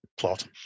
plot